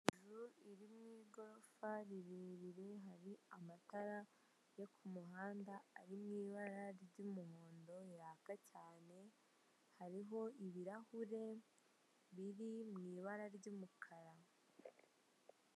Hejuru iri ni igorofa rirerire, hari amatara yo ku muhanda ari mu ibara ry'umuhondo yaka cyane, hariho ibirahure biri mu ibara ry'umukara.